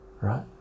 right